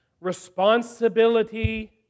responsibility